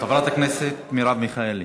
חברת הכנסת מרב מיכאלי.